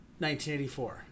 1984